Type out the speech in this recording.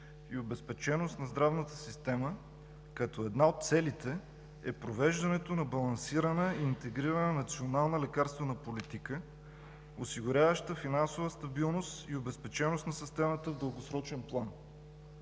и обезпеченост на здравната система, като една от целите е провеждането на балансирана интегрирана национална лекарствена политика, осигуряваща финансова стабилност и обезпеченост на системата в дългосрочен план.